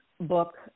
book